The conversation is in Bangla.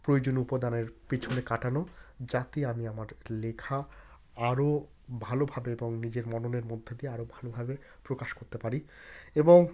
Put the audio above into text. প্রয়োজনীয় উপাদানের পেছনে কাটানো যাতে আমি আমার লেখা আরও ভালোভাবে এবং নিজের মননের মধ্যে দিয়ে আরও ভালোভাবে প্রকাশ করতে পারি এবং